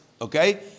okay